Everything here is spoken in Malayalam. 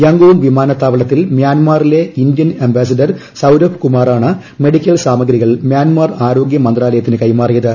യംഗൂൺ വിമാനത്താവളത്തിൽ മ്യാൻമാറിലെ ഇന്ത്യൻ അംബാഡിഡർ സൌരഭ് കുമാറാണ് മെഡിക്കൽ സാമഗ്രികൾ മ്യാൻമാർ ആരോഗ്യ മന്ത്രാലയത്തിന് കൈമാറിയത്